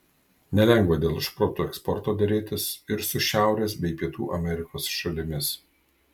nelengva dėl šprotų eksporto derėtis ir su šiaurės bei pietų amerikos šalimis